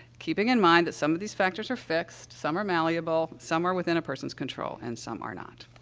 keeping in mind that some of these factors are fixed, some are malleable, some are within a person's control, and some are not.